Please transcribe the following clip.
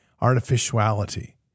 artificiality